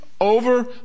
over